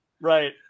Right